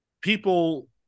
people